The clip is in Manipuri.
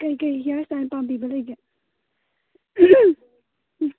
ꯀꯔꯤ ꯀꯔꯤ ꯍꯤꯌꯥꯔ ꯁ꯭ꯇꯥꯏꯜ ꯄꯥꯝꯕꯤꯕ ꯂꯩꯒꯦ ꯎꯝ